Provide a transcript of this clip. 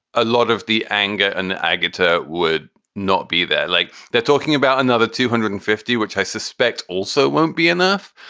a lot of the anger and agata would not be there like they're talking about another two hundred and fifty, which i suspect also won't be enough.